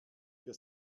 für